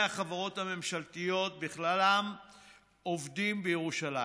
החברות הממשלתיות בכללן עובדים בירושלים.